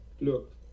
look